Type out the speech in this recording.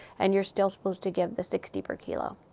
and you're still supposed to give the sixty per kilo